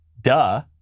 Duh